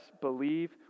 believe